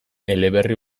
eleberri